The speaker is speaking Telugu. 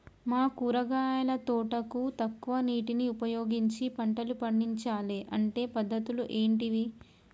మా కూరగాయల తోటకు తక్కువ నీటిని ఉపయోగించి పంటలు పండించాలే అంటే పద్ధతులు ఏంటివి?